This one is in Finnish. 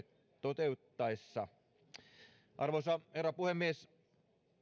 toteutettaessa arvoisa herra puhemies